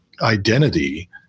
identity